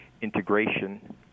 integration